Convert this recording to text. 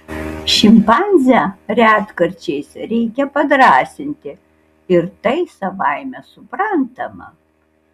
šimpanzę retkarčiais reikia padrąsinti ir tai savaime suprantama